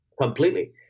completely